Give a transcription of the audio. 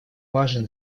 важен